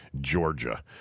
Georgia